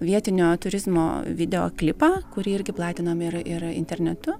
vietinio turizmo videoklipą kurį irgi platinom ir ir internetu